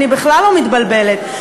אני בכלל לא מתבלבלת,